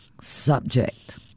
subject